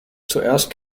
zuerst